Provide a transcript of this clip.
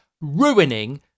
ruining